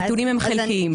הנתונים הם חלקיים.